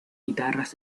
guitarras